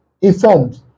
informed